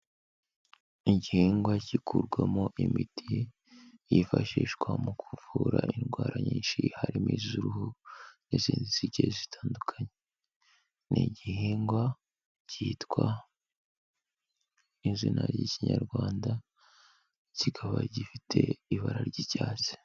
Igihingwa gikurwamo imiti yifashishwa mu kuvura indwara nyinshi harimo iz'uruhu n'izindi zigiye zitandukanye. Ni igihingwa cyitwa izina ry'Ikinyarwanda kikaba gifite ibara ry'icyatsi.